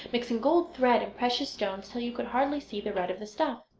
mixing gold thread and precious stones till you could hardly see the red of the stuff.